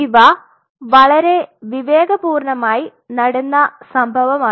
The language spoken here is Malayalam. ഇവ വളരെ വിവേകപൂർണ്ണമായി നടന്ന സംഭവമാണ്